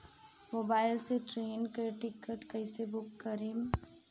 Mobile से train के ticket कैसे बूक करेम?